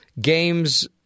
games